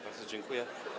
Bardzo dziękuję.